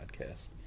podcast